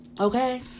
Okay